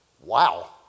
Wow